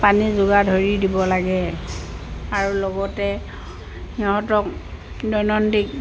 পানী যোগান ধৰি দিব লাগে আৰু লগতে সিহঁতক দৈনন্দিন